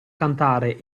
cantare